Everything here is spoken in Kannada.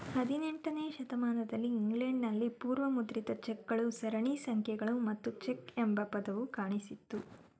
ಹದಿನೆಂಟನೇ ಶತಮಾನದಲ್ಲಿ ಇಂಗ್ಲೆಂಡ್ ನಲ್ಲಿ ಪೂರ್ವ ಮುದ್ರಿತ ಚೆಕ್ ಗಳು ಸರಣಿ ಸಂಖ್ಯೆಗಳು ಮತ್ತು ಚೆಕ್ ಎಂಬ ಪದವು ಕಾಣಿಸಿತ್ತು